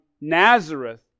Nazareth